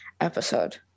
episode